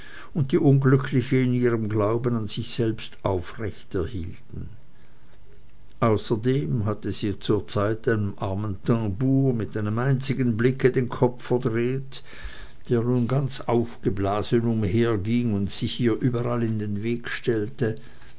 und die unglückliche in ihrem glauben an sich selbst aufrechterhielten außerdem hatte sie zur zeit einem armen tambour mit einem einzigen blicke den kopf verdreht der nun ganz aufgeblasen umherging und sich ihr überall in den weg stellte